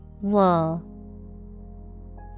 Wool